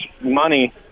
money